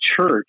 church